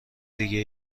دیگه